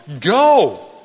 Go